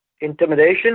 intimidation